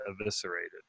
eviscerated